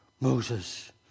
Moses